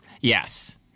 Yes